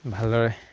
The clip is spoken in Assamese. ভালদৰে